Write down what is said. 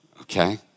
okay